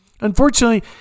Unfortunately